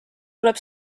tuleb